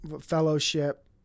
fellowship